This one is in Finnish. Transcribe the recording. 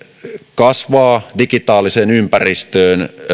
kasvaa digitaaliseen ympäristöön